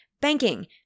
banking